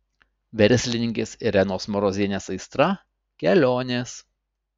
verslininkės irenos marozienės aistra kelionės